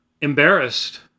embarrassed